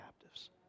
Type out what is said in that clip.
captives